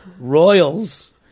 royals